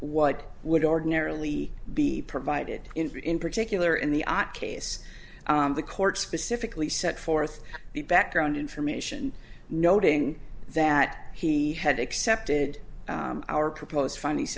what would ordinarily be provided in particular in the odd case the court specifically set forth the background information noting that he had accepted our proposed funny